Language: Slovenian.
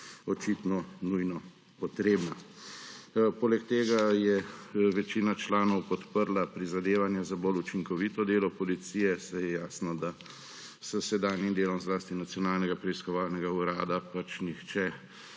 očitno nujno potrebna. Poleg tega je večina članov podprla prizadevanje za bolj učinkovito delo policije, saj je jasno, da s sedanjim delom zlasti Nacionalnega preiskovalnega urada pač nihče,